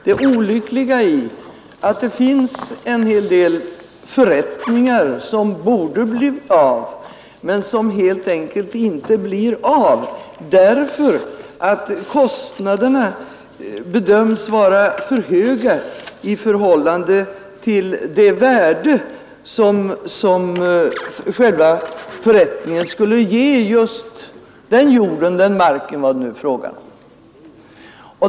Det olyckliga är att det finns en hel del förrättningar, som borde bli av men som helt enkelt inte blir det, därför att kostnaderna bedöms vara för höga i förhållande till det värde som själva förrättningen skulle ge just den mark det är fråga om.